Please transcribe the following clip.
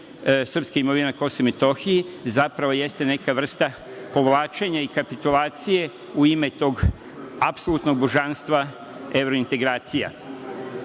srpske imovine na Kosovu i Metohiji zapravo jeste neka vrsta povlačenja i kapitulacije u ime tog apsolutnog božanstva evrointegracija. Drugo